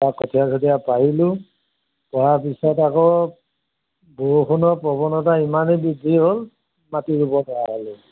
তাপা কঠীয়া খঠীয়া পাৰিলোঁ তাৰ পিছত আকৌ বৰষুণৰ প্ৰৱণতা ইমানেই বৃদ্ধি হ'ল মাটি ৰুব নোৱাৰা হ'লোঁ